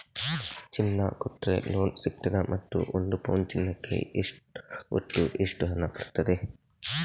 ಚಿನ್ನ ಕೊಟ್ರೆ ಲೋನ್ ಸಿಗ್ತದಾ ಮತ್ತು ಒಂದು ಪೌನು ಚಿನ್ನಕ್ಕೆ ಒಟ್ಟು ಎಷ್ಟು ಹಣ ಬರ್ತದೆ?